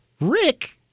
rick